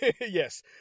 Yes